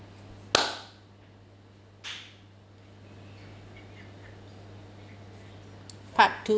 part two